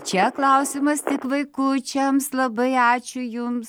čia klausimas tik vaikučiams labai ačiū jums